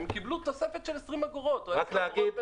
הם קיבלו תוספת של 20 אגורות בממוצע.